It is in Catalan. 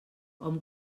hom